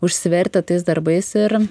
užsivertę tais darbais ir